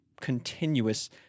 continuous